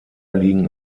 liegen